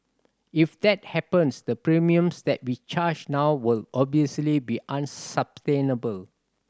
if that happens the premiums that we charge now will obviously be unsustainable